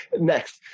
Next